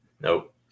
nope